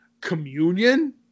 communion